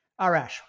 Arash